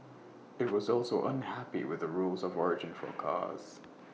IT was also unhappy with the rules of origin for cars